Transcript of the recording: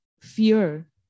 fear